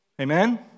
Amen